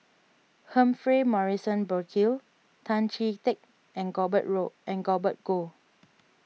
Humphrey Morrison Burkill Tan Chee Teck and Gobert Road and Gobert Goh